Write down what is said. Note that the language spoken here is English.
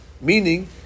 Meaning